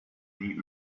wie